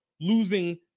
losing